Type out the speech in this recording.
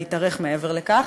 להתארך מעבר לכך.